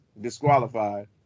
disqualified